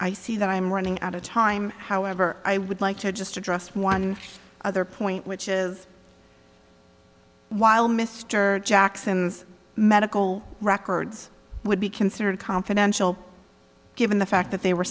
i see that i'm running out of time however i would like to just address one other point which is while mr jackson's medical records would be considered confidential given the fact that they were